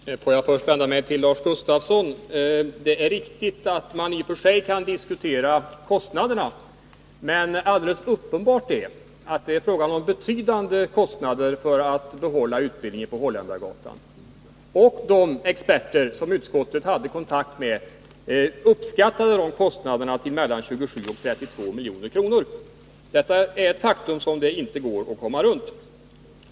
Herr talman! Får jag först vända mig till Lars Gustafsson. Det är riktigt att mani och för sig kan diskutera kostnaderna, men det är helt uppenbart att det är fråga om betydande kostnader för att behålla utbildningen vid Holländargatan. De experter som utskottet hade kontakt med uppskattade dessa kostnader till mellan 27 och 32 milj.kr. Det är ett faktum som det inte går att komma runt.